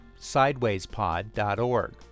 sidewayspod.org